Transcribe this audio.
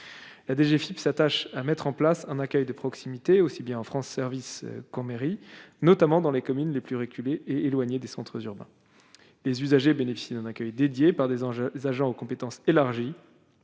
la DGFIP s'attache à mettre en place un accueil de proximité, aussi bien en France, service Cormery, notamment dans les communes les plus reculées et éloignées des centres urbains, les usagers bénéficient d'un accueil dédiés par des enjeux agents aux compétences élargies